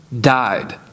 died